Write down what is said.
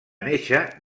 néixer